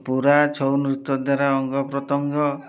ପୁରା ଛଉ ନୃତ୍ୟ ଦ୍ଵାରା ଅଙ୍ଗପ୍ରତ୍ୟଙ୍ଗ